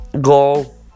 goal